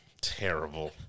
Terrible